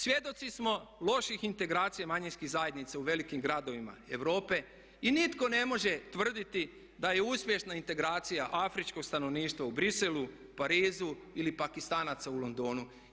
Svjedoci smo loših integracija manjinskih zajednica u velikim gradovima Europe i nitko ne može tvrditi da je uspješna integracija afričkog stanovništva u Bruxellesu, Parizu ili Pakistanaca u Londonu.